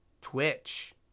Twitch